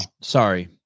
Sorry